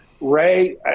Ray